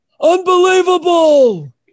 Unbelievable